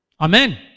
Amen